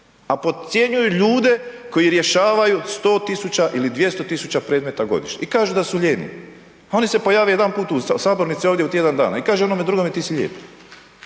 a podcjenjuju ljude koji rješavaju 100 000 ili 200 000 predmeta godišnje i kažu da su lijeni, a oni se pojave jedanput u sabornici ovdje u tjedan dana i kaže onome drugome ti si lijen,